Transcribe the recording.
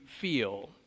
feel